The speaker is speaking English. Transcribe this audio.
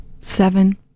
Seven